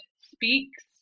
speaks